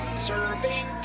Serving